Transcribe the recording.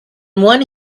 one